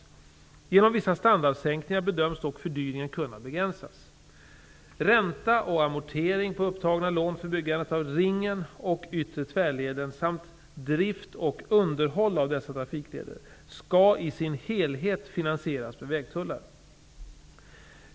Genom vissa standardsänkningar bedöms dock fördyringen kunna begränsas. Ränta och amortering på upptagna lån för byggandet av Ringen och Yttre tvärleden samt drift och underhåll av dessa trafikleder skall i sin helhet finansieras med vägtullar.